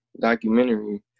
documentary